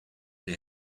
they